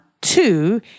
Two